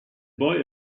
boy